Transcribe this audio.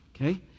Okay